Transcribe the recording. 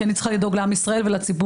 כי אני צריכה לדאוג לעם ישראל ולציבור.